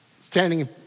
standing